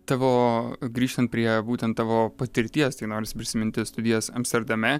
tavo grįžtant prie būtent tavo patirties tai norisi prisiminti studijas amsterdame